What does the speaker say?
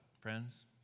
friends